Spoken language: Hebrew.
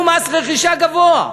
והם ישלמו מס רכישה גבוה.